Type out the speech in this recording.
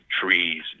trees